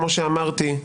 כמו שאמרתי,